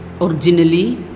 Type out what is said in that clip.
originally